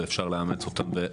ואפשר לאמץ אותם.